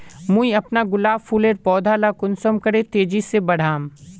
मुई अपना गुलाब फूलेर पौधा ला कुंसम करे तेजी से बढ़ाम?